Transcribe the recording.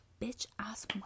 bitch-ass